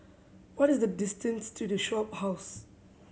what is the distance to The Shophouse